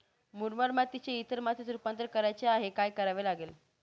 मुरमाड मातीचे इतर मातीत रुपांतर करायचे आहे, काय करावे लागेल?